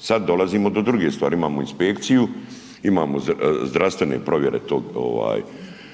Sad dolazimo do druge stvari. Imamo inspekciju, imamo zdravstvene provjere tog ovaj